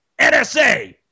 NSA